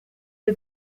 iyo